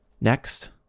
Next